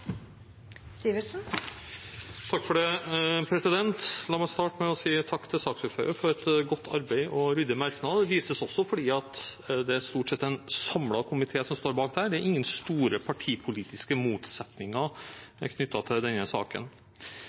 til saksordføreren for et godt arbeid og ryddige merknader. Det vises også fordi det stort sett er en samlet komité som står bak dette. Det er ingen store partipolitiske motsetninger knyttet til denne saken.